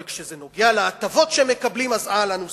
אבל כשזה נוגע להטבות שהם מקבלים, אהלן וסהלן.